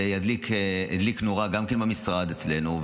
זה הדליק נורה גם במשרד אצלנו.